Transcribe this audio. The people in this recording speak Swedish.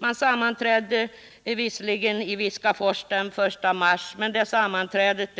Det sammanträde som hölls i Viskafors den I mars